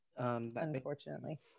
Unfortunately